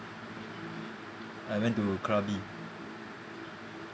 I went to krabi